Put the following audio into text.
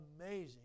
amazing